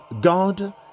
God